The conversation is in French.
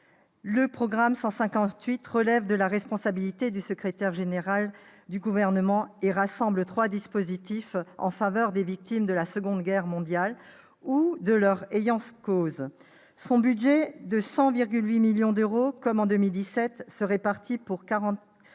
le programme 158, relève de la responsabilité du secrétaire général du Gouvernement et rassemble trois dispositifs en faveur des victimes de la Seconde Guerre mondiale ou de leurs ayants cause. Son budget de 100,8 millions d'euros, inchangé par rapport